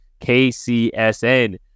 KCSN